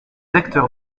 acteurs